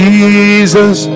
Jesus